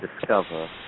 discover